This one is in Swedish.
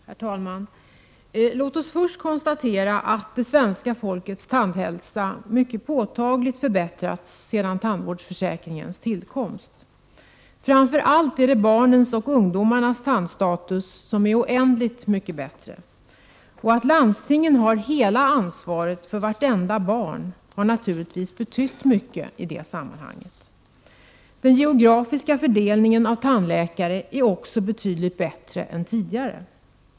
Herr talman! Låt mig först konstatera att det svenska folkets tandhälsa mycket påtagligt förbättrats sedan tandvårdsförsäkringens tillkomst. Framför allt är det barnens och ungdomarnas tandstatus som är oändligt mycket bättre. Att landstingen har hela ansvaret för vartenda barn har naturligtvis betytt mycket i det sammanhanget. Den geografiska fördelningen av tandläkare är också betydligt bättre än tidigare.